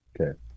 Okay